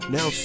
Now